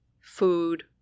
food